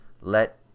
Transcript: Let